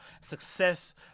success